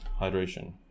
hydration